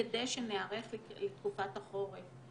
כדי שניערך לתקופת החורף,